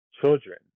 children